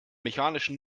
mechanischen